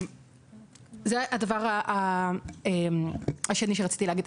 זה הדבר השני שרציתי להגיד.